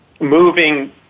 moving